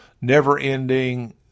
never-ending